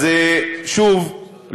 אז שוב,